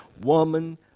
woman